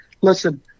Listen